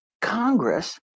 Congress